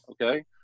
Okay